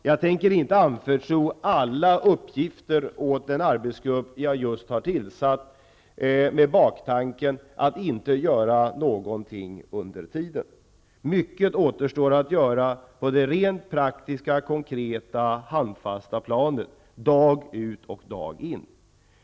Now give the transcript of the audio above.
Jag tänker inte anförtro alla uppgifter åt den arbetsgrupp jag just har tillsatt, med baktanken att inte göra någonting under tiden. Mycket återstår att göra på det rent praktiska, konkreta, handfasta planet, dag ut och dag in.